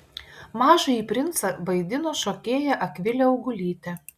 mažąjį princą vaidino šokėja akvilė augulytė